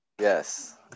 Yes